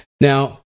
Now